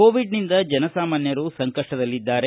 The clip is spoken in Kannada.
ಕೋವಿಡ್ನಿಂದ ಜನಸಾಮಾನ್ಯರು ಸಂಕಷ್ಟದಲ್ಲಿದ್ದಾರೆ